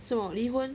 什么离婚